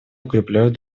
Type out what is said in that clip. укрепляют